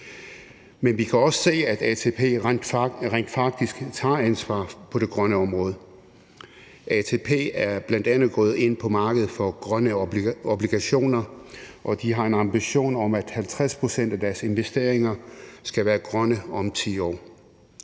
Men vi kan også se, at ATP rent faktisk tager ansvar på det grønne område. ATP er bl.a. gået ind på markedet for grønne obligationer, og de har en ambition om, at 50 pct. af deres investeringer skal være grønne om 10 år.